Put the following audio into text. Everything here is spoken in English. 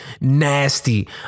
nasty